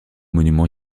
monuments